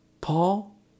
Paul